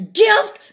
gift